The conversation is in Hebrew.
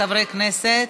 חברי הכנסת,